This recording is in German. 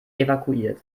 evakuiert